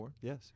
Yes